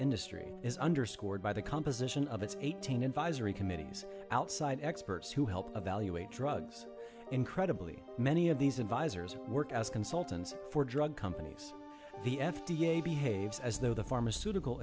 industry is underscored by the composition of its eighteen advisory committees outside experts who helped evaluate drugs incredibly many of these advisors work as consultants for drug companies the f d a behaves as though the pharmaceutical